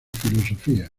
filosofía